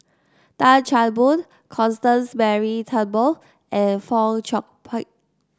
Tan Chan Boon Constance Mary Turnbull and Fong Chong Pik